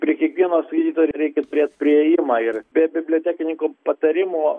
prie kiekvieno skaitytojo reikia turėt priėjimą ir be bibliotekininko patarimo